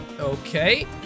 Okay